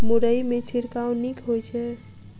मुरई मे छिड़काव नीक होइ छै?